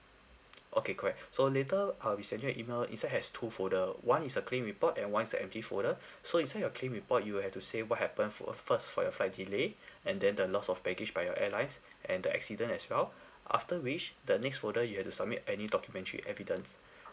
okay correct so later uh we send you an email inside has two folder one is a claim report and one is an empty folder so inside your claim report you will have to say what happen for a first for your flight delay and then the loss of baggage by your airlines and the accident as well after which the next folder you have to submit any documentary evidence